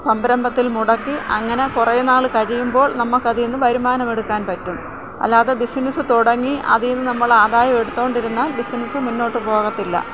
സംരംഭത്തിൽ മുടക്കി അങ്ങനെ കുറേ നാള് കഴിയുമ്പോൾ നമ്മൾക്ക് അതിൽ നിന്ന് വരുമാനം എടുക്കാൻ പറ്റും അല്ലാതെ ബിസിനസ് തുടങ്ങി അതിൽ നിന്ന് നമ്മൾ ആദായം എടുത്തു കൊണ്ടിരുന്നാൽ ബിസിനസ് മുന്നോട്ട് പോകത്തില്ല